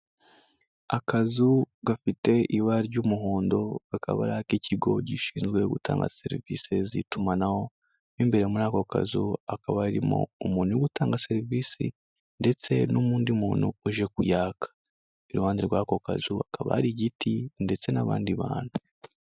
Akazu gafite ibara ry'umuhondo kakaba ari ak'ikigo gishinzwe gutanga serivisi z'itumanaho, mo imbere muri ako kazu hakaba harimo umuntu uri gutanga serivisi ndetse n'undi muntu uje kuyaka, iruhande rw'ako kazi hakaba hari igiti ndetse n'abandi bantu.